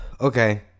okay